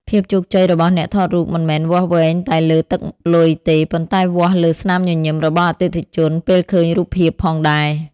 ភាពជោគជ័យរបស់អ្នកថតរូប មិនមែនវាស់វែងតែលើទឹកលុយទេ ប៉ុន្តែវាស់លើស្នាមញញឹមរបស់អតិថិជនពេលឃើញរូបភាពផងដែរ។